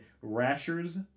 rashers